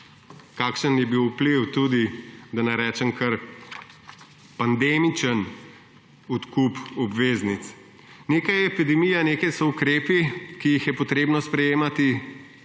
kakšen je bil vpliv tudi, da ne rečem kar pandemičen odkup obveznic. Nekaj je epidemija, nekaj so ukrepi, ki jih je potrebno sprejemati